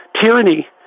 tyranny